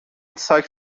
ساک